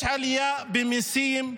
יש עלייה במיסים,